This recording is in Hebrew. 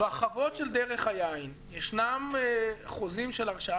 בחוות של דרך היין ישנם חוזים של הרשאה